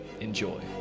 Enjoy